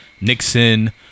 Nixon